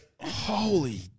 Holy